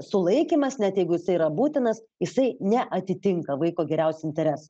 sulaikymas net jeigu jisai yra būtinas jisai neatitinka vaiko geriausio intereso